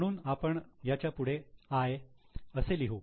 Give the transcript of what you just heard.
म्हणून आपण याच्या पुढे 'I' असे लिहू